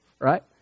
right